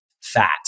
fat